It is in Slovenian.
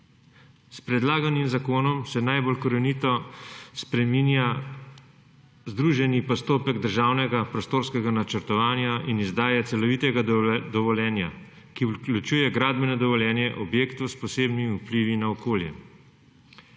S predlaganim zakonom se najbolj korenito spreminja združeni postopek državnega prostorskega načrtovanja in izdaje celovitega dovoljenja, ki vključuje gradbeno dovoljenje objektov s posebnimi vplivi na okolje.